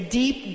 deep